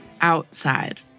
outside